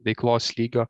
veiklos lygio